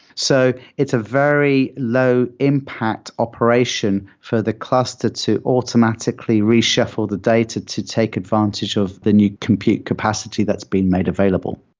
so it's a very low impact operation for the cluster to automatically reshuffle the data to take advantage of the new compute capacity that's been made available.